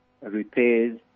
repairs